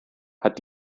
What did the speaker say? hat